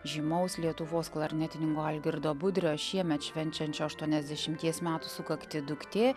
žymaus lietuvos klarnetininko algirdo budrio šiemet švenčiančio aštuoniasdešimties metų sukaktį duktė